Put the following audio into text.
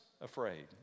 afraid